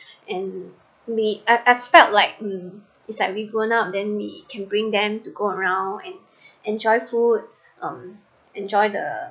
and me I I felt like hmm is like we going out then we can bring them to go around and enjoy food um enjoy the